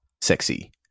sexy